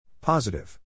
Positive